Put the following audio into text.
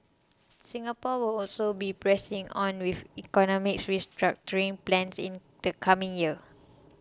Singapore will also be pressing on with economic restructuring plans in the coming year